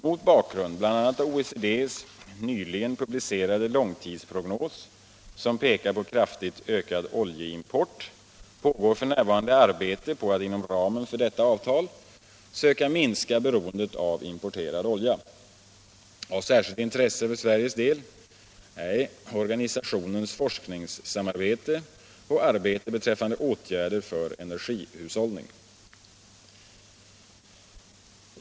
Mot bakgrund bl.a. av OECD:s nyligen publicerade långtidsprognos, som pekar på kraftigt ökad oljeimport, pågår f. n. arbete på att inom ramen för detta avtal söka minska beroendet av importerad olja. Av särskilt intresse för Sveriges del är organisationens forskningssamarbete och arbete beträffande åtgärder för energihushållning.